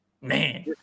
man